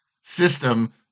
system